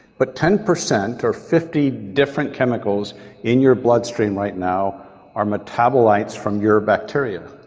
but ten percent or fifty different chemicals in your bloodstream right now are metabolites from your bacteria.